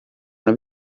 alla